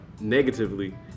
negatively